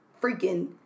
freaking